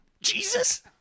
Jesus